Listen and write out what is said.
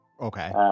okay